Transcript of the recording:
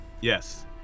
Yes